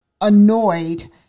annoyed